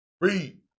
Read